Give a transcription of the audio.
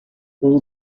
all